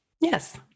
Yes